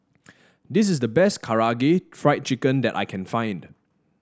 this is the best Karaage Fried Chicken that I can find